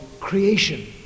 creation